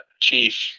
Chief